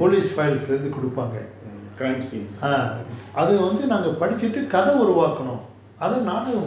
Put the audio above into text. naanga vanthu mothalae sonna maari police files லந்து குடுப்பாங்க:lanthu kudupaanga ah அத நாங்க படிச்சிட்டு கத வாக்கனும் அத நாடகம் ஆக்கனும்:atha naanga padichitu kadha uruvaakanum atha naadagam aakanum